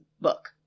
book